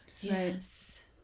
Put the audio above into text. Yes